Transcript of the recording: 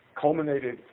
culminated